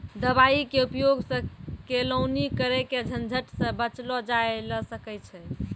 दवाई के उपयोग सॅ केलौनी करे के झंझट सॅ बचलो जाय ल सकै छै